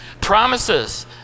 Promises